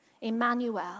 Emmanuel